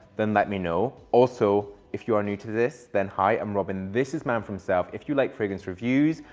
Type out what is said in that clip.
then let me know. also, if you're new to this, then hi, i'm robin. this is man for himself. if you like fragrance reviews,